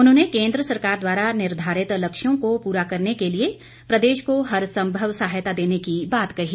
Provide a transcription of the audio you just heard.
उन्होंने केंद्र सरकार द्वारा निर्धारित लक्ष्यों को पूरा करने के लिए प्रदेश को हर संभव सहायता देने की बात कही